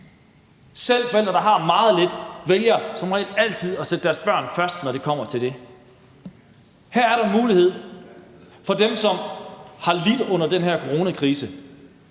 Selv forældre, der har meget lidt, vælger som regel altid at sætte deres børn først, når det kommer til det. Her er der mulighed for dem, som har lidt under den her coronakrise.